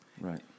Right